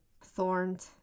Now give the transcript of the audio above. thorned